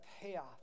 payoff